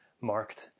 marked